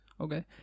Okay